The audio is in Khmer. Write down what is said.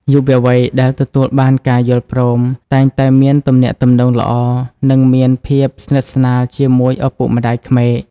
យុវវ័យដែលទទួលបានការយល់ព្រម តែងតែមានទំនាក់ទំនងល្អ និងមានភាពស្និទ្ធស្នាលជាមួយឪពុកម្ដាយក្មេក។